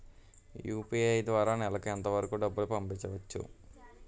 UPI ద్వారా నెలకు ఎంత వరకూ డబ్బులు పంపించవచ్చు?